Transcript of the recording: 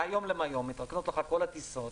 מהיום להיום מתרוקנות לך כל הטיסות,